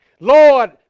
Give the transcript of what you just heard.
Lord